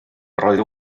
roedd